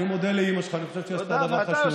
אני מודה לאימא שלך, אני חושב שהיא עשתה דבר חשוב.